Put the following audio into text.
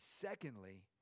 secondly